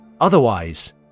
Otherwise